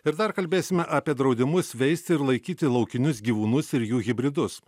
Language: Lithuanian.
ir dar kalbėsime apie draudimus veisti ir laikyti laukinius gyvūnus ir jų hibridus